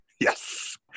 Yes